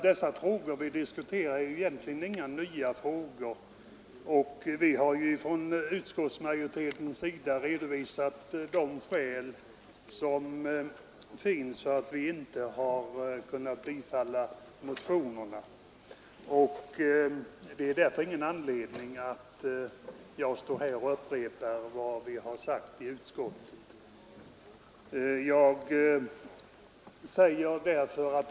De frågor som nu diskuteras är egentligen inte nya, och vi som utgör utskottsmajoriteten har i betänkandet redovisat de skäl som finns för att vi inte har kunnat tillstyrka motionerna. Jag har därför ingen anledning att stå här och upprepa vad vi har sagt i utskottet.